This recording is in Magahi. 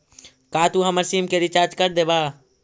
का तू हमर सिम के रिचार्ज कर देबा